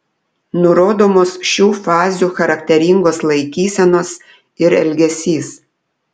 nurodomos šių fazių charakteringos laikysenos ir elgesys